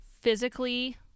physically